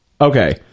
Okay